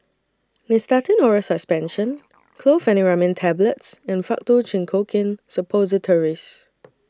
Nystatin Oral Suspension Chlorpheniramine Tablets and Faktu Cinchocaine Suppositories